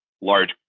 large